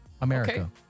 America